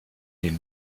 den